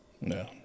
No